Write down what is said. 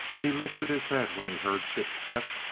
he lifted his head when he heard chip's step,